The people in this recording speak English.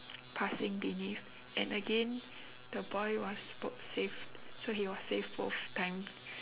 passing beneath and again the boy was bo~ saved so he was saved both times